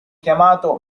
chiamato